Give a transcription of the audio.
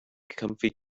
comfy